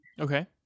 Okay